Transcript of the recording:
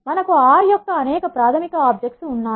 మనకు R R యొక్క అనేక ప్రాథమిక ఆబ్జెక్ట్స్ ఉన్నాయి